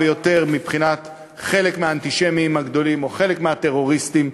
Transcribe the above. ביותר מבחינת חלק מהאנטישמים הגדולים או חלק מהטרוריסטים,